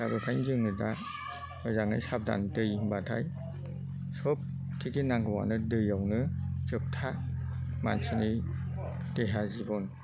दा बेखायनो जोङो दा मोजाङै साब'धान दै होमबाथाय सब थिखि नांगौवानो दैआवनो जोबथा मानसिनि देहा जिबन